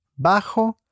bajo